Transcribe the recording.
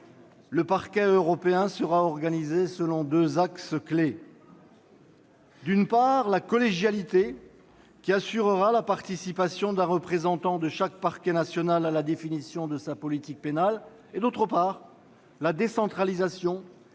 le Parquet européen sera organisé selon deux axes clés. La collégialité, d'une part, assurera la participation d'un représentant de chaque parquet national à la définition de sa politique pénale ; la décentralisation,